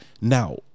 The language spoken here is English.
Now